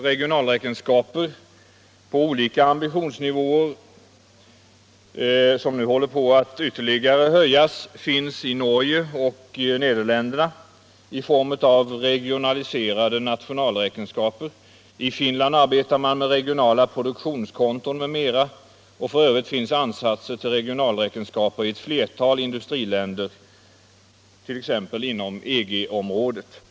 Regionalräkenskaper på olika ambitionsnivåer, som nu håller på att ytterligare höjas, finns i Norge och Nederländerna i form av regionaliserade nationalräkenskaper. I Finland arbetar man med regionala produktionskonton m.m. F.ö. finns ansatser till regionalräkenskaper i ett flertal industriländer, t.ex. inom EG-området.